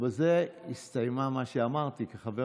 בזה הסתיים מה שאמרתי, כי חבר